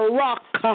rock